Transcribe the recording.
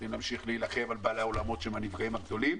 צריכים להמשיך להילחם על סיוע לבעלי האולמות שהם הנפגעים הגדולים,